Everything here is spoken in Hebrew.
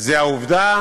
זו העובדה